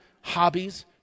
hobbies